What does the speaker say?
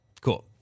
Cool